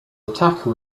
attacker